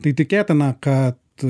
tai tikėtina kad